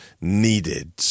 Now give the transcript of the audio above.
needed